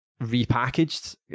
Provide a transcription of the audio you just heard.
repackaged